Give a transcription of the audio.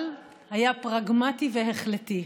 אבל היה פרגמטי והחלטי.